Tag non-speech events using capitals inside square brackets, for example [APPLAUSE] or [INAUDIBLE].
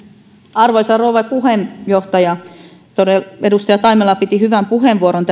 arvoisa rouva puheenjohtaja edustaja taimela käytti hyvän puheenvuoron [UNINTELLIGIBLE]